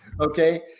okay